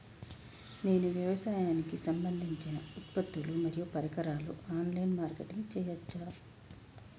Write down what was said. నేను వ్యవసాయానికి సంబంధించిన ఉత్పత్తులు మరియు పరికరాలు ఆన్ లైన్ మార్కెటింగ్ చేయచ్చా?